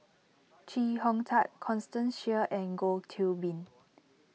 Chee Hong Tat Constance Sheares and Goh Qiu Bin